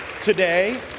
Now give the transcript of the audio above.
today